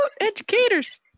educators